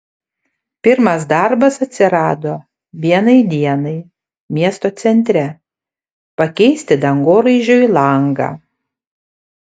pirmas darbas atsirado vienai dienai miesto centre pakeisti dangoraižiui langą